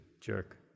jerk